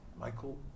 Michael